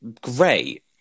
great